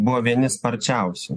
buvo vieni sparčiausių